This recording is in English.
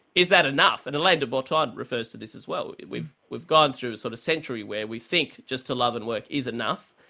is that enough? and alain de botton refers to this as well, we've we've gone through a sort of century where we think just to love and work is enough,